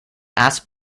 ask